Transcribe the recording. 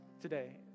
today